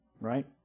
right